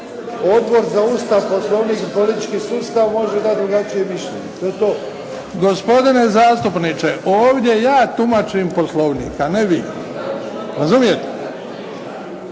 Odbor za Ustav, Poslovnik i politički sustav može dati drugačije mišljenje. To je to. **Bebić, Luka (HDZ)** Gospodine zastupniče, ovdje ja tumačim Poslovnik, a ne vi. Razumijete?